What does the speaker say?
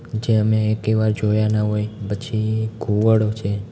જે અમે એકેય વાર જોયા ન હોય પછી ઘુવડો છે